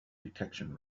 detection